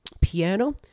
Piano